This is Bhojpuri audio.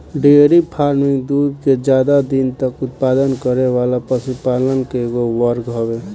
डेयरी फार्मिंग दूध के ज्यादा दिन तक उत्पादन करे वाला पशुपालन के एगो वर्ग हवे